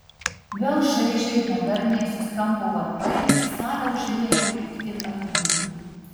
vėl šaižiai nedarniai suskambo varpai ir salę užliejo pikti aidai